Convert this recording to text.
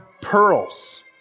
pearls